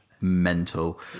mental